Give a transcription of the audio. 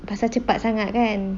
pasal cepat sangat kan